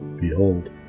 Behold